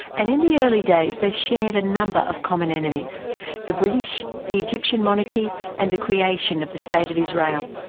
and in the early days they were shared a number of common enemies the british, the egyptian monarchy and the creation of the state of israel.